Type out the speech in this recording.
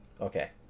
Okay